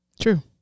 True